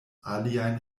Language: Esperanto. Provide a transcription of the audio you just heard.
aliajn